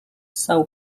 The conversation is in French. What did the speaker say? são